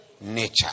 nature